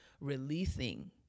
releasing